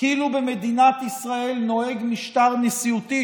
כאילו במדינת ישראל נוהג משטר נשיאותי,